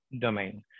domain